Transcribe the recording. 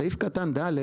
סעיף קטן (ד)